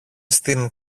στην